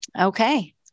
Okay